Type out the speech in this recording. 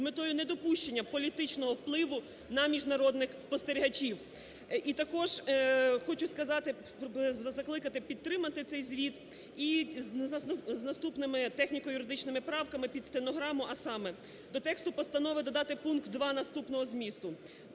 з метою недопущення політичного впливу на міжнародних спостерігачів. І також хочу сказати, закликати підтримати цей звіт із наступними техніко-юридичними правками (під стенограму), а саме: до тексу постанови додати пункт 2 наступного змісту: